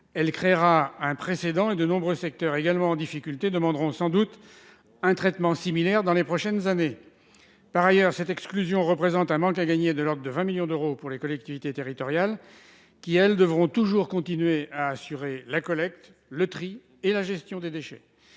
Cela créera un précédent : de nombreux secteurs également en difficulté demanderont sans doute un traitement similaire dans les prochaines années. Par ailleurs, cette exclusion représente un manque à gagner de l'ordre de 20 millions d'euros pour les collectivités territoriales, qui, elles, devront continuer à assurer la collecte, le tri et la gestion des déchets.